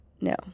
No